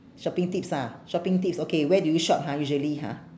shopping tips ah shopping tips okay where do you shop ha usually ha